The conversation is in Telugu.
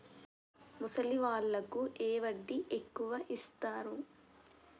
ముసలి వాళ్ళకు ఏ వడ్డీ ఎక్కువ ఇస్తారు?